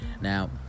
Now